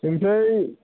ओमफ्राय